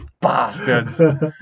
bastards